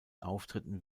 auftritten